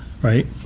right